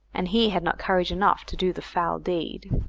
and he had not courage enough to do the foul deed.